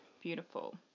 beautiful